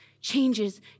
changes